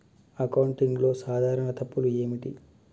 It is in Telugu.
అకౌంటింగ్లో సాధారణ తప్పులు ఏమిటి?